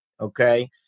okay